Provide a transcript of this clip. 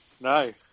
No